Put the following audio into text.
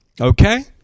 Okay